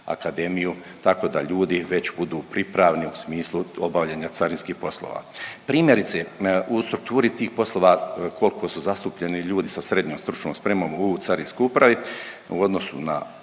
tako da ljudi već budu pripravni u smislu obavljanja carinskih poslova. Primjerice, u strukturi tih poslova kolko su zastupljeni ljudi sa SSS u carinskoj upravi u odnosu na